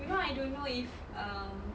you know I don't know if um